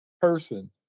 person